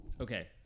Okay